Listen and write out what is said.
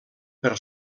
per